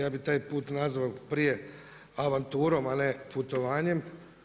Ja bi taj put nazvao prije avanturom, a ne putovanjem.